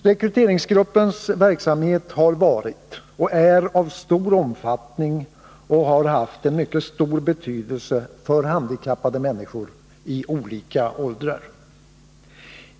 Rekryteringsgruppens verksamhet har varit och är av stor omfattning, och den har haft mycket stor betydelse för handikappade människor i olika åldrar.